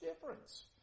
difference